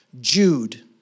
Jude